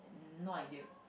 no idea